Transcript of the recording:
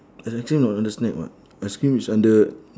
ice cream not under snack [what] ice cream is under